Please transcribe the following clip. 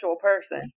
person